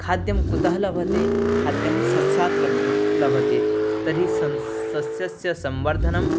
खाद्यं कुतः लभते खाद्यं सस्यात् लभ्भ लभते तर्हि सन् सस्य संवर्धनम्